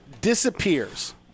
disappears